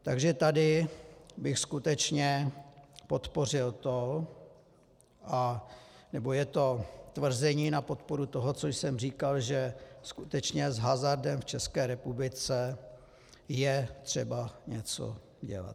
Takže tady bych skutečně podpořil to, nebo je to tvrzení na podporu toho, co jsem říkal, že skutečně s hazardem v České republice je třeba něco dělat.